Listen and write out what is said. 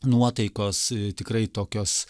nuotaikos tikrai tokios